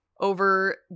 Over